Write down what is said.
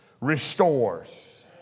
restores